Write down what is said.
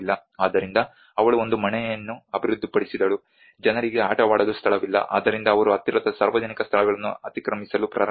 ಆದ್ದರಿಂದ ಅವಳು ಒಂದು ಮನೆಯನ್ನು ಅಭಿವೃದ್ಧಿಪಡಿಸಿದಳು ಜನರಿಗೆ ಆಟವಾಡಲು ಸ್ಥಳವಿಲ್ಲ ಆದ್ದರಿಂದ ಅವರು ಹತ್ತಿರದ ಸಾರ್ವಜನಿಕ ಸ್ಥಳಗಳನ್ನು ಅತಿಕ್ರಮಿಸಲು ಪ್ರಾರಂಭಿಸಿದ್ದಾರೆ